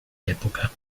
epoca